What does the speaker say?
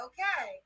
Okay